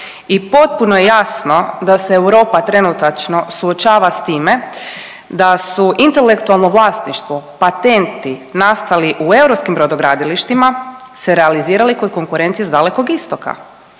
i potpuno je jasno da se Europa trenutačno suočava s time, da su intelektualno vlasništvo, patenti nastali u europskim brodogradilištima se realizirali kod konkurencije s Dalekog Istoka